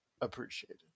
appreciated